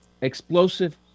Explosive